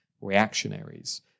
reactionaries